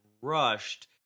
rushed